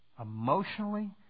emotionally